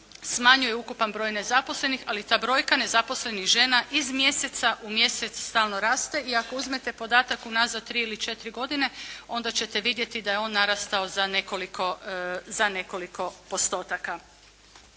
smanjuje ukupan broj nezaposlenih, ali ta brojka nezaposlenih žena iz mjeseca u mjesec stalno raste i ako uzmete podatak unazad 3 ili 4 godine, onda ćete vidjeti da je on narastao za nekoliko postotaka.